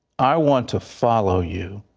i want to follow you.